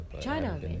China